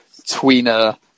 tweener